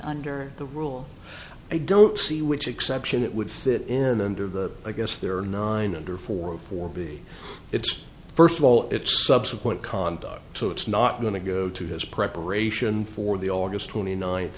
under the rule i don't see which exception it would fit in and of the i guess there are nine under four or four b it's first of all it's subsequent conduct so it's not going to go to his preparation for the aug twenty ninth